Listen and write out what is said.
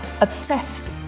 obsessed